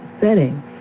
setting